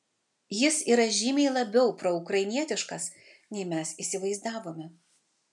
jis yra žymiai labiau proukrainietiškas nei mes įsivaizdavome